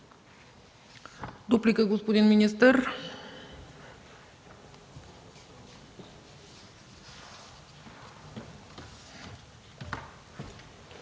Дуплика, господин министър.